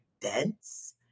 dense